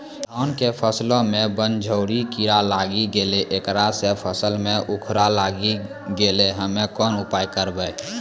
धान के फसलो मे बनझोरा कीड़ा लागी गैलै ऐकरा से फसल मे उखरा लागी गैलै हम्मे कोन उपाय करबै?